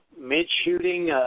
mid-shooting